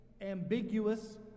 ambiguous